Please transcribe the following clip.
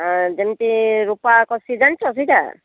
ହଁ ଯେମିତି ରୂପା କଷି ଜାଣିଛ ସେଇଟା